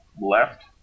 left